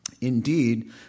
Indeed